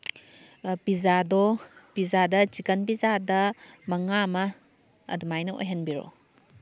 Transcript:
ꯄꯤꯖꯥꯗꯣ ꯄꯤꯖꯥꯗ ꯆꯤꯛꯀꯟ ꯄꯤꯖꯥꯗ ꯃꯉꯥ ꯑꯃ ꯑꯗꯨꯃꯥꯏꯅ ꯑꯣꯏꯍꯟꯕꯤꯔꯛꯑꯣ